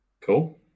cool